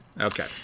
Okay